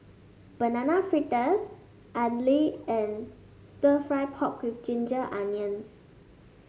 Banana Fritters idly and stir fry pork with Ginger Onions